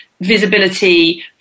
visibility